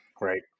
Right